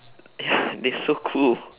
ya they so cool